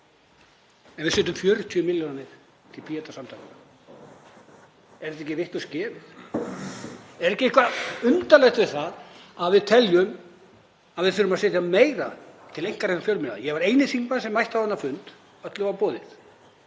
en við setjum 40 milljónir til Píeta-samtakanna. Er þetta ekki vitlaust gefið? Er ekki eitthvað undarlegt við það að við teljum að við þurfum að setja meira til einkarekinna fjölmiðla? Ég var eini þingmaðurinn sem mætti á þennan fund. Öllum var boðið.